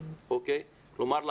כלומר,